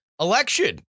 election